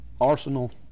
arsenal